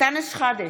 אנטאנס שחאדה,